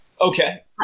Okay